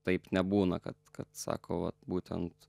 taip nebūna kad kad sako vat būtent